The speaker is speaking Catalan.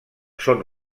són